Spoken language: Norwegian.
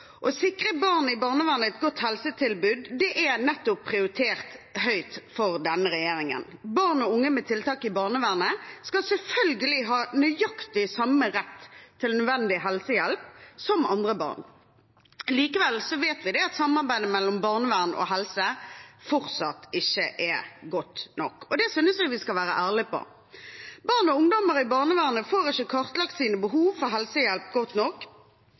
Å sikre barn i barnevernet et godt helsetilbud er nettopp prioritert høyt av denne regjeringen. Barn og unge med tiltak i barnevernet skal selvfølgelig ha nøyaktig samme rett til nødvendig helsehjelp som andre barn. Likevel vet vi at samarbeidet mellom barnevern og helse fortsatt ikke er godt nok, og det synes jeg vi skal være ærlige på. Barn og ungdommer i barnevernet får ikke kartlagt sine behov for helsehjelp godt nok,